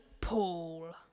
Paul